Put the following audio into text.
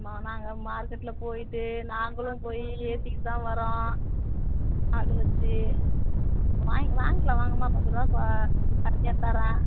அம்மா நாங்கள் மார்க்கெட்ல போய்ட்டு நாங்களும் போய் ஏத்திக்கிட்டு தான் வரோம் ஆள் வச்சு வாங்கி வாங்கிக்கலாம் வாங்கம்மா பத்துரூபா கொ கம்மியாக தரேன்